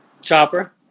Chopper